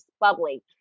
bubbly